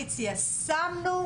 זאת לא התשובה שאת אמורה להגיד לי.